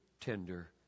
tender